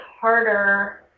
harder